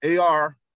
AR